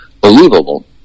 believable